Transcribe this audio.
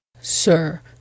Sir